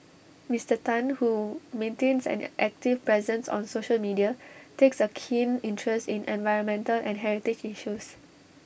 Mister Tan who maintains an active presence on social media takes A keen interest in environmental and heritage issues